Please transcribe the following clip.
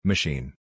Machine